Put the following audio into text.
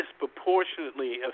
disproportionately